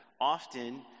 often